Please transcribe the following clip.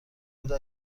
بده